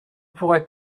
pourrais